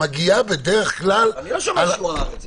מגיעה בדרך כלל --- לא שמעתי שהוא אמר את זה.